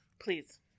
Please